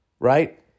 Right